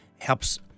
helps